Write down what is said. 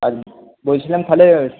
আর বলছিলাম তাহলে